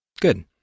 Good